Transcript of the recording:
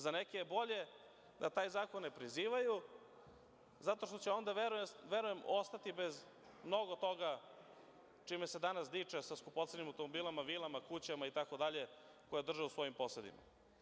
Za neke je bolje da taj zakon ne prizivaju zato što će onda, verujem, ostati bez mnogo toga čime se danas diče, sa skupocenim automobilima, vilama, kućama itd, koje drže u svojim posedima.